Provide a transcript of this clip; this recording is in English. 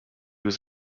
was